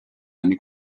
anni